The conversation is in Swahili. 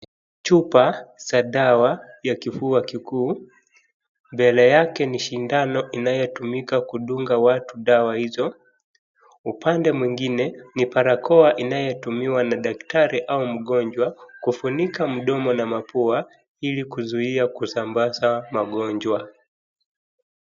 Chupa za dawa za kifua kikuu mbele yake ni shindano inayo timika kudunga watu dawa hizo upande mwingine ni barakoa inayo tumiwa na daktari ama mgonjwa kufunika mdomo na mapua ili kuzuia kusambaza magonjwa